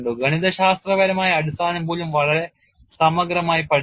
ഗണിതശാസ്ത്രപരമായ അടിസ്ഥാനം പോലും വളരെ സമഗ്രമായി പഠിച്ചു